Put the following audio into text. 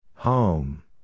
Home